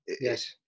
Yes